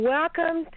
Welcome